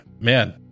man